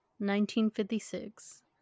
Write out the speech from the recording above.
1956